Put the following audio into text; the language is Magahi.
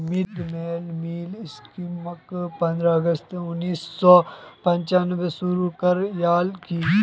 मिड डे मील स्कीमक पंद्रह अगस्त उन्नीस सौ पंचानबेत शुरू करयाल की